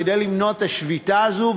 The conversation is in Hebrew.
למנוע את השביתה הזאת,